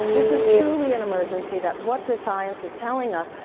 this is truly an emergency, that's what the science is telling us,